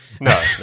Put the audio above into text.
No